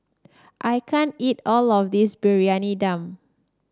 I can't eat all of this Briyani Dum